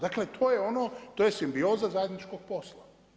Dakle, to je ono, to je simbioza zajedničkog posla.